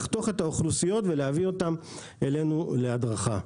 לחתוך את האוכלוסיות ולהביא אלינו להדרכה.